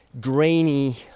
grainy